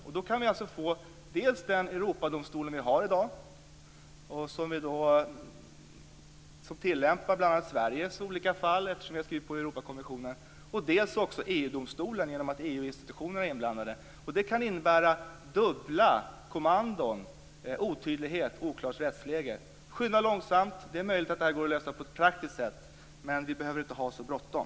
Och då kan vi få dels den Europadomstol vi har i dag, som avgör bl.a. Sveriges olika fall, eftersom vi har skrivit på Europakonventionen, dels EG domstolen, eftersom EU-institutionerna är inblandade. Det kan innebära dubbla kommandon, otydlighet, och ett oklart rättsläge. Skynda långsamt! Det är möjligt att det här går att lösa på ett praktiskt sätt. Men vi behöver inte ha så bråttom.